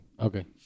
okay